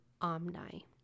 Omni